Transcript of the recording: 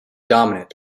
dominant